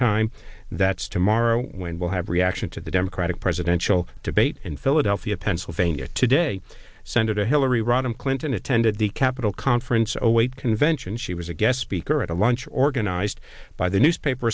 time that's tomorrow when we'll have reaction to the democratic presidential debate in philadelphia pennsylvania today senator hillary rodham clinton attended the capital conference await convention she was a guest speaker at a lunch organized by the newspaper